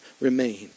remained